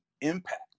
impact